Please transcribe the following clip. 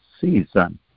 season